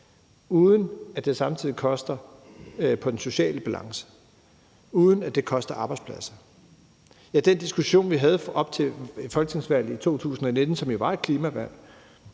uden at det samtidig koster på den sociale balance, uden at det koster arbejdspladser. Kl. 13:11 Den diskussion, vi havde op til folketingsvalget i 2019, som var et klimavalg,